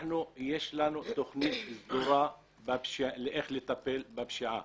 יש לנו תוכנית סדורה איך לטפל בפשעה.